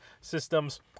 systems